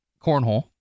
cornhole